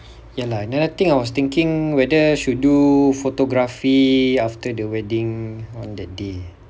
ya lah and another thing I was thinking whether should do photography after the wedding or that day